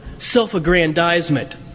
self-aggrandizement